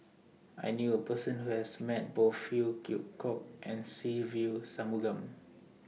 I knew A Person Who has Met Both Phey Yew Kok and Se Ve Shanmugam